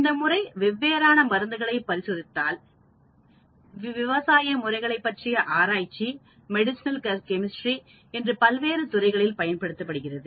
இந்த முறை வெவ்வேறான மருந்துகளை பரிசோதித்தல் விவசாய முறைகளைப் பற்றிய ஆராய்ச்சி மெடிசினல் கஸ்ரி என்று பல்வேறு துறைகளில் பயன்படுகிறது